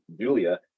Julia